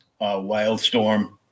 Wildstorm